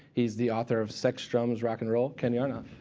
he's the author of sex, drums, rock and roll, kenny aronoff.